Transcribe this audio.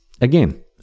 again